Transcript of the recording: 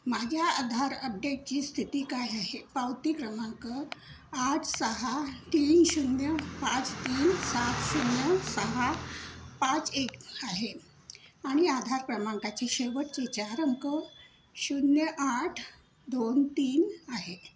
माझ्या आधार अपडेटची स्थिती काय आहे पावती क्रमांक आठ सहा तीन शून्य पाच तीन सात शून्य सहा पाच एक आहे आणि आधार क्रमांकाचे शेवटचे चार अंक शून्य आठ दोन तीन आहे